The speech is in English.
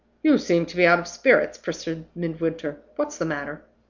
you seem to be out of spirits? pursued midwinter. what's the matter?